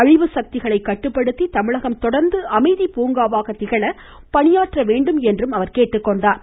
அழிவு சக்திகளை கட்டுப்படுத்தி தமிழகம் தொடர்ந்து அமைதி பூங்காவாக விளங்க பணியாற்ற வேணடும் என்றார்